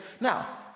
now